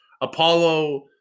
Apollo